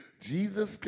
Jesus